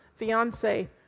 fiance